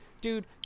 Dude